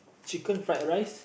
chicken fried rice